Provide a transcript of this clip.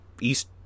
East